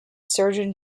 surgeon